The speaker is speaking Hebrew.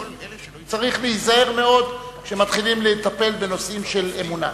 צריך להיזהר מאוד כשמתחילים להיטפל בנושאים של אמונה.